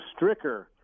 Stricker